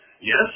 Yes